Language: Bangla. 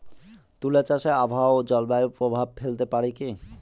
তুলা চাষে আবহাওয়া ও জলবায়ু প্রভাব ফেলতে পারে কি?